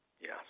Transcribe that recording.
Yes